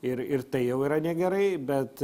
ir ir tai jau yra negerai bet